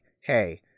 hey